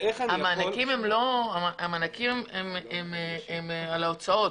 המענקים הם על ההוצאות.